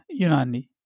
Yunani